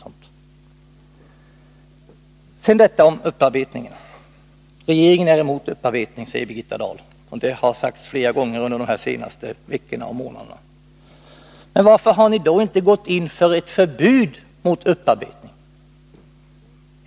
Sedan till frågan om upparbetning. Regeringen är emot upparbetning, säger Birgitta Dahl, och det har också framhållits flera gånger under de senaste veckorna och månaderna. Men varför har ni då inte gått in för ett förbud mot upparbetning?